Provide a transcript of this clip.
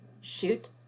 shoot